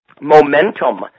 momentum